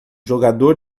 jogador